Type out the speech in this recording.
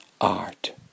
art